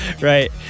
Right